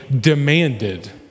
demanded